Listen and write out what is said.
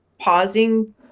pausing